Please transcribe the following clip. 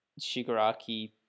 shigaraki